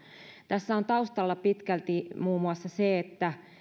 tässä on taustalla pitkälti muun muassa se että